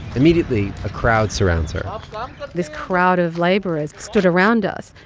immediately, a crowd surrounds her ah ah like this crowd of laborers stood around us,